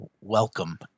welcome